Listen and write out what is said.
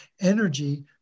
energy